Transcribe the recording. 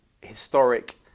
historic